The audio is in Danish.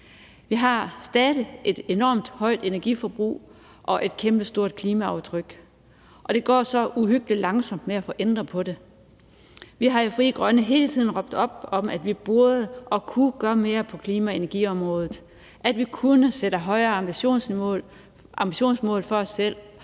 Vi har stadig et enormt højt energiforbrug og et kæmpestort klimaaftryk, og det går så uhyggelig langsomt med at få ændret på det. Vi har i Frie Grønne hele tiden råbt op om, at vi burde og kunne gøre mere på klima- og energiområdet, at vi kunne sætte højere ambitionsmål for os selv